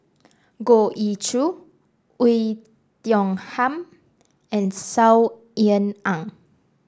Goh Ee Choo Oei Tiong Ham and Saw Ean Ang